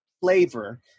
flavor